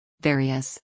Various